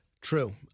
True